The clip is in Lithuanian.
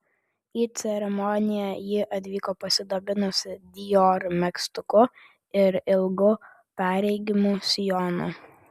į ceremoniją ji atvyko pasidabinusi dior megztuku ir ilgu perregimu sijonu